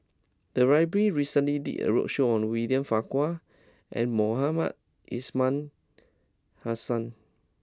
the library recently did a roadshow on William Farquhar and Mohamed Ismail Hussain